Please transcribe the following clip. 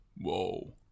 Whoa